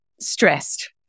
stressed